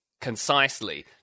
concisely